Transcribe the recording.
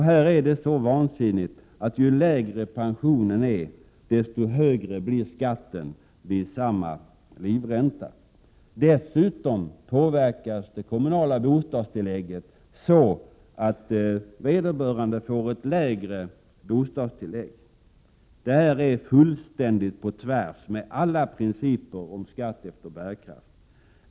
Här är det så vansinnigt att ju lägre pensionen är desto högre blir skatten vid samma livränta. Dessutom påverkas det kommunala bostadstillägget så att vederbörande får ett lägre bostadstillägg. Detta är fullständigt på tvärs mot alla principer om skatt efter bärkraft.